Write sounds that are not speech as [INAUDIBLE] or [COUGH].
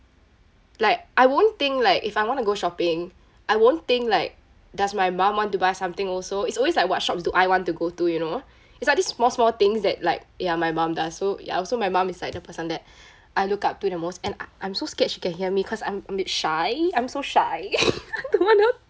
like I won't think like if I wanna go shopping I won't think like does my mum want to buy something also it's always like what shops do I want to go to you know it's like these small small things that like ya my mum does so ya so my mum is like the person that I look up to the most and I~ I'm so scared she can hear me cause I'm I'm a bit shy I'm so shy [LAUGHS]